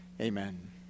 amen